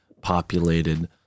populated